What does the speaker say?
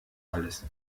alles